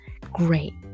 Great